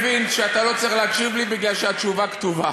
שכתוב שהוא ישיב נוכח כאן,